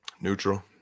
Neutral